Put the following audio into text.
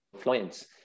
clients